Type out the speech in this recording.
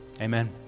Amen